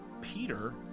Peter